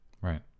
Right